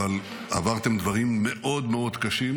אבל עברתם דברים מאוד מאוד קשים